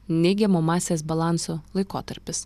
neigiamo masės balanso laikotarpis